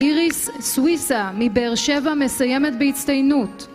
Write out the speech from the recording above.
גיריס סוויסה מבר שבע מסיימת בהצטיינות